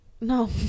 no